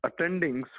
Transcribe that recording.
attendings